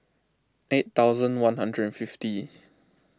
eight thousand one hundred and fifty